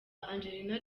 angelina